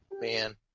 Man